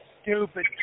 stupid